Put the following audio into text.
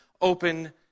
open